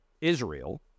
Israel